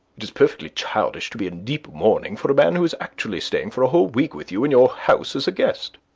it is perfectly childish to be in deep mourning for a man who is actually staying for a whole week with you in your house as a guest.